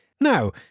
Now